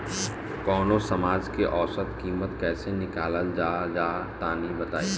कवनो समान के औसत कीमत कैसे निकालल जा ला तनी बताई?